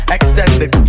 Extended